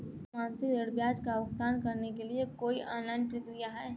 क्या मासिक ऋण ब्याज का भुगतान करने के लिए कोई ऑनलाइन प्रक्रिया है?